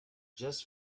just